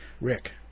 Rick